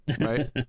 Right